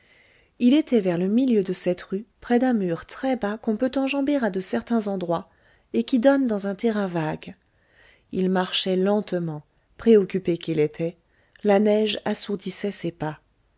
il était vers le milieu de cette rue près d'un mur très bas qu'on peut enjamber à de certains endroits et qui donne dans un terrain vague il marchait lentement préoccupé qu'il était la neige assourdissait ses pas